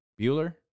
Bueller